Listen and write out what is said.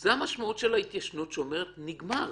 זו המשמעות של ההתיישנות שאומרת נגמר.